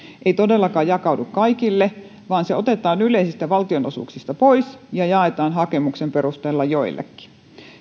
ei todellakaan jakaudu kaikille vaan se otetaan yleisistä valtionosuuksista pois ja jaetaan hakemuksen perusteella joillekin